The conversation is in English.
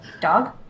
dog